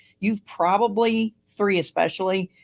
you've probably, three especially,